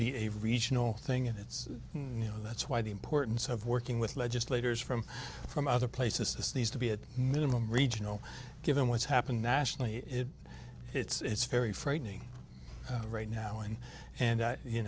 be a regional thing and it's you know that's why the importance of working with legislators from from other places this needs to be at minimum regional given what's happened nationally it it's very frightening right now and and you